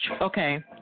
Okay